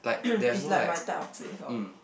it's like my type of place orh